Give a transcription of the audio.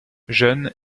jeune